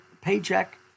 paycheck